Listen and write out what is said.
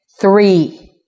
Three